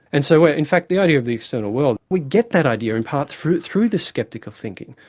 and so ah in fact the idea of the external world, we get that idea in part through through the sceptic of thinking.